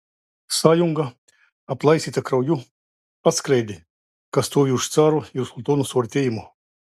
sąjunga aplaistyta krauju atskleidė kas stovi už caro ir sultono suartėjimo